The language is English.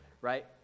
right